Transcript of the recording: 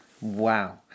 Wow